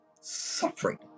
suffering